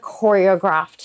choreographed